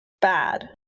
bad